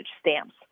stamps